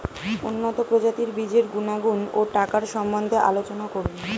উন্নত প্রজাতির বীজের গুণাগুণ ও টাকার সম্বন্ধে আলোচনা করুন